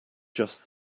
just